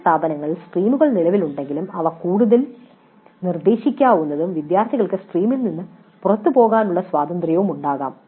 ചില സ്ഥാപനങ്ങളിൽ സ്ട്രീമുകൾ നിലവിലുണ്ടെങ്കിലും അവ കൂടുതൽ നിർദ്ദേശിക്കാവുന്നതും വിദ്യാർത്ഥികൾക്ക് സ്ട്രീമിൽ നിന്ന് പുറത്തുപോകാനുള്ള സ്വാതന്ത്യവുമുണ്ടാകാം